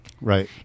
Right